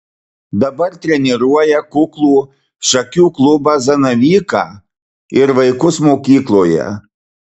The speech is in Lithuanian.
dabar treniruoja kuklų šakių klubą zanavyką ir vaikus mokykloje